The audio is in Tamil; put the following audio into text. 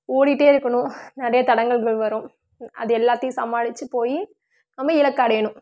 ஓடிகிட்டே இருக்கணும் நிறைய தடங்கல்கள் வரும் அது எல்லாத்தையும் சமாளித்துப் போய் நம்ம இலக்கை அடையணும்